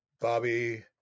Bobby